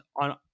on